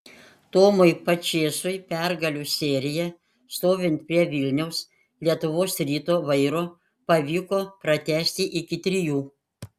tomui pačėsui pergalių seriją stovint prie vilniaus lietuvos ryto vairo pavyko pratęsti iki trijų